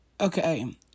Okay